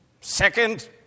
Second